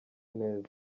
neza